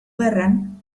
gerran